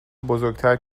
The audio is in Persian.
بزرگتر